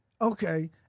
Okay